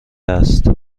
است